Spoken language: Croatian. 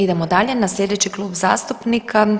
Idemo dalje, na sljedeći klub zastupnika.